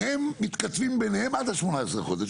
שהם מתכתבים ביניהם עד 18 החודשים.